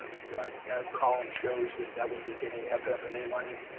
that that column shows that that would be getting ff and e money.